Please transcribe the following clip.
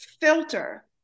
filter